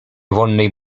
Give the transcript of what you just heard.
wonnej